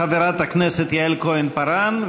חברת הכנסת יעל כהן-פארן,